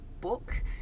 book